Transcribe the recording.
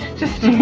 just